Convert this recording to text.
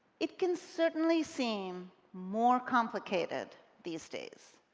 it can certainly seem more complicated these days.